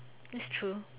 that's true